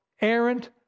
errant